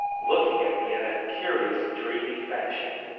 looking at me in a curious dreamy fashion.